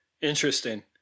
Interesting